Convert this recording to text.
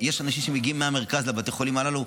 ויש אנשים שמגיעים מהמרכז לבתי חולים הללו.